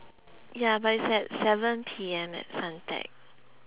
ya but it's at seven P_M at